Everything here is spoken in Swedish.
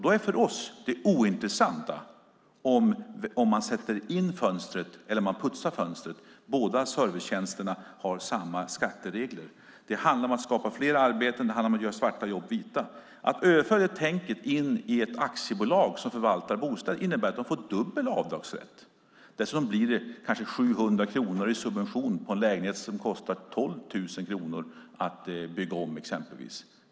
Då är det ointressant för oss om man sätter in fönstret eller om man putsar fönstret. Båda servicetjänsterna har samma skatteregler. Det handlar om att skapa fler arbeten och om att göra svarta jobb vita. Att överföra det tänket in i ett aktiebolag som förvaltar bostäder innebär att de får dubbel avdragsrätt. Dessutom blir det kanske 700 kronor i subvention på en lägenhet som kostar 12 000 kronor att bygga om.